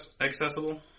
accessible